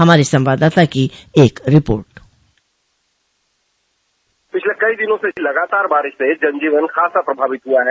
हमारे संवाददाता की एक रिपोर्ट पिछले कई दिनों से लगातार बारिश से जनजीवन खासा प्रभावित हुआ है